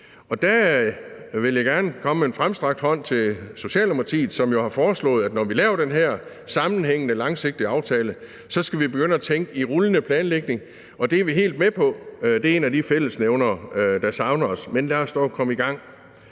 Der vil jeg gerne komme med en fremstrakt hånd til Socialdemokratiet, som jo har foreslået, at når vi laver den her sammenhængende, langsigtede aftale, skal vi begynde at tænke i en rullende planlægning, og det er vi helt med på. Det er en af de fællesnævnere, der samler os, men lad os dog komme i gang.